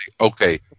okay